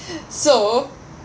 so